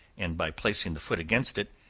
and by placing the foot against it,